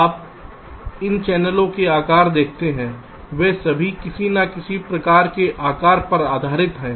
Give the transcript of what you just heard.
आप इन चैनलों के आकार देखते हैं वे सभी किसी न किसी प्रकार के आकार पर आधारित होते हैं